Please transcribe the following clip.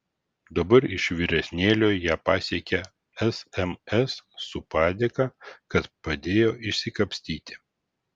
dabar iš vyresnėlio ją pasiekią sms su padėka kad padėjo išsikapstyti